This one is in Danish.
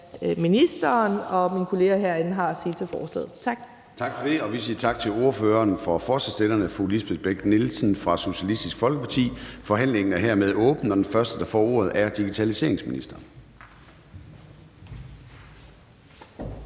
hvad ministeren og mine kolleger herinde har at sige til forslaget. Tak. Kl. 14:13 Formanden (Søren Gade): Tak for det. Vi siger tak til ordføreren for forslagsstillerne, fru Lisbeth Bech-Nielsen fra Socialistisk Folkeparti. Forhandlingen er nu åbnet, og den første, der får ordet, er digitaliseringsministeren.